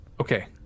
Okay